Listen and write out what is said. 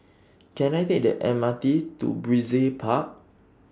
Can I Take The M R T to Brizay Park